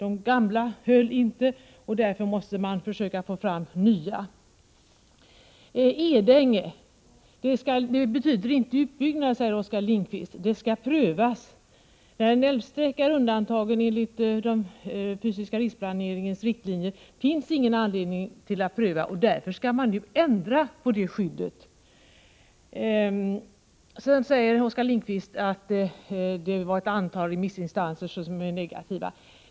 Oskar Lindkvist sade att förslaget inte innebär att Edänge skall byggas ut utan att frågan om en utbyggnad skall prövas. När en älvsträcka är undantagen enligt den fysiska riksplaneringens riktlinjer finns ingen anledning att pröva, och därför vill man nu ändra på det skyddet. Oskar Lindkvist sade vidare att några remissinstanser är negativa.